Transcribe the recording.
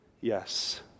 yes